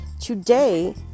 Today